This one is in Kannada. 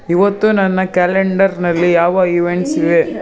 ಇವತ್ತು ನನ್ನ ಕ್ಯಾಲೆಂಡರ್ನಲ್ಲಿ ಯಾವ ಈವೆಂಟ್ಸ್ ಇವೆ